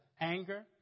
anger